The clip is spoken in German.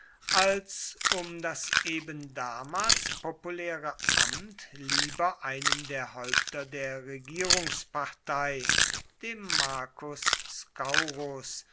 als um das eben damals populäre amt lieber einem der häupter der regierungspartei dem marcus